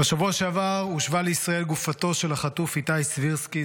בשבוע שעבר הושבה לישראל גופתו של החטוף איתי סבירסקי,